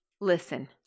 Listen